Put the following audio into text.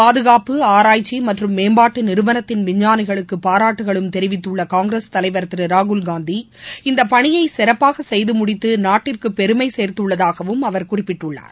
பாதுகாப்பு ஆராய்ச்சிமற்றும் மேம்பாட்டுநிறுவனத்தின் விஞ்ஞானிகளுக்குபாராட்டுகளும் தெரிவித்துள்ளகாங்கிரஸ் தலைவர் திருராகுல்காந்தி இந்தபணியைசிறப்பாகசெய்தமுடித்துநாட்டிற்குபெருமைசேர்த்துள்ளதாகவும் அவர் குறிப்பிட்டுள்ளனார்